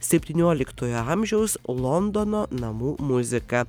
septynioliktojo amžiaus londono namų muzika